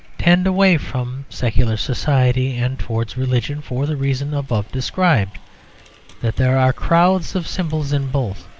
tend away from secular society and towards religion for the reason above described that there are crowds of symbols in both,